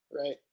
right